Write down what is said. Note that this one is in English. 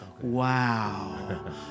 Wow